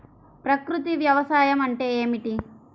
ప్రకృతి వ్యవసాయం అంటే ఏమిటి?